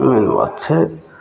मेन बात छै